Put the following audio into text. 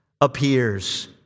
appears